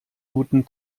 guten